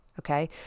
Okay